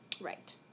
Right